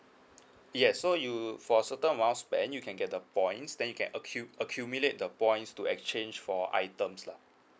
yes so you for certain amount spend you can get the points then you get accu~ accumulate the points to exchange for items lah